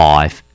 Five